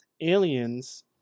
Aliens